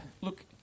look